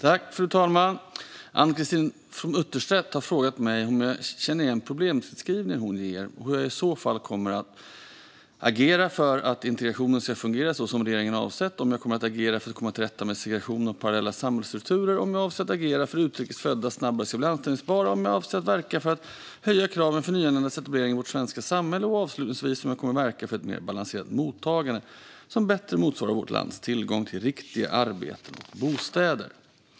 Svar på interpellationer Fru talman! Ann-Christine From Utterstedt har frågat mig om jag känner igen problembeskrivningen hon ger och hur jag i så fall kommer att agera för att integrationen ska fungera så som regeringen avsett, om jag kommer att agera för att komma till rätta med segregationen och parallella samhällsstrukturer, om jag avser att agera för att utrikes födda snabbare ska bli anställbara, om jag avser att verka för att höja kraven för nyanländas etablering i vårt svenska samhälle och, avslutningsvis, om jag kommer att verka för ett mer balanserat mottagande som bättre motsvarar vårt lands tillgång till riktiga arbeten och bostäder.